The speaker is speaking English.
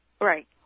Right